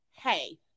Hey